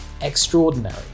extraordinary